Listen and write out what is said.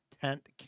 tent